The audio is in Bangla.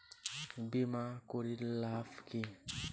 বিমা করির লাভ কি?